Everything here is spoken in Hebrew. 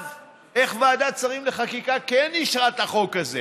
איך ועדת השרים לחקיקה כן אישרה את החוק הזה